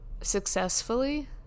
successfully